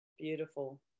Beautiful